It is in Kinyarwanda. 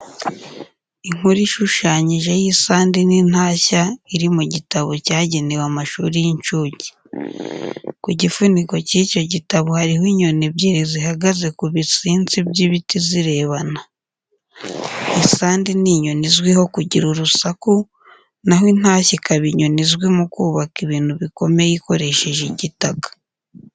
Inkuru ishushanyije y'isandi n'intashya iri mu gitabo cyagenewe amashuri y'incuke. Ku gifuniko cy'icyo gitabo hariho inyoni ebyiri zihagaze ku bitsinsi by'ibiti zirebana. Isandi ni inyoni izwiho kugira urusaku na ho intashya ikaba inyoni izwi mu kubaka ibintu bikomeye ikoresheje igitaka.